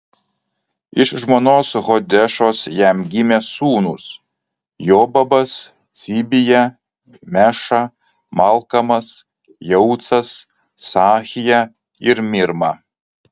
iš žmonos hodešos jam gimė sūnūs jobabas cibija meša malkamas jeucas sachija ir mirma